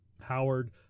Howard